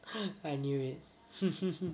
I knew it